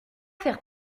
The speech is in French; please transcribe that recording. faire